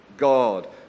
God